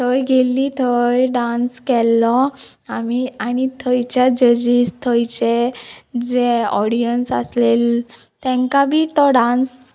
थंय गेल्ली थंय डांस केल्लो आमी आनी थंयच्या जजीस थंयचे जे ऑडियन्स आसले तांकां बी तो डांस